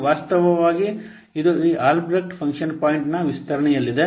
ಇದು ವಾಸ್ತವವಾಗಿ ಇದು ಈ ಆಲ್ಬ್ರೆಕ್ಟ್ ಫಂಕ್ಷನ್ ಪಾಯಿಂಟ್ನ ವಿಸ್ತರಣೆಯಲ್ಲಿದೆ